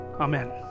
Amen